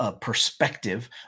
perspective